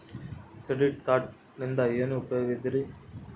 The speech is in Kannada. ಕ್ರೆಡಿಟ್ ಕಾರ್ಡಿನಿಂದ ಏನು ಉಪಯೋಗದರಿ?